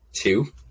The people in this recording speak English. two